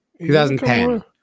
2010